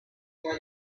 where